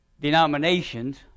denominations